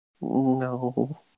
No